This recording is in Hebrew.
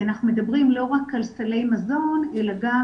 כי אנחנו מדברים לא רק על סלי מזון אלא גם